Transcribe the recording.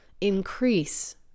increase